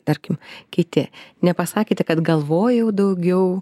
tarkim kiti nepasakėte kad galvojau daugiau